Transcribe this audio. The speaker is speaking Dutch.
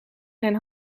zijn